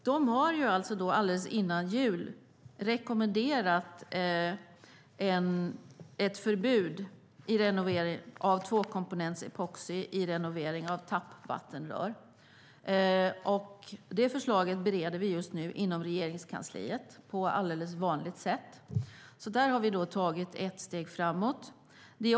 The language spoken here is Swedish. De rekommenderade strax före jul ett förbud mot användning av tvåkomponentsepoxi vid renovering av tappvattenrör. Det förslaget bereder vi just nu inom Regeringskansliet på ett vanligt sätt. Där har vi tagit ett steg framåt.